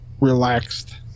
relaxed